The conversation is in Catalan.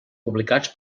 publicats